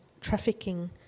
trafficking